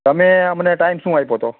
તમે અમને ટાઈમ શું આપ્યો તો